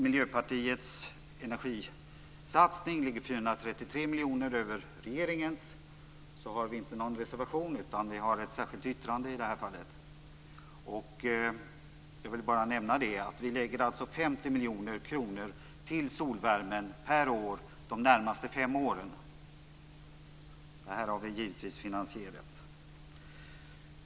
miljoner kronor över regeringens har vi inte någon reservation utan ett särskilt yttrande i betänkandet. Jag vill bara nämna att vi vill anslå 50 miljoner kronor till solvärmen per år under de närmaste fem åren, vilket vi givetvis har finansierat.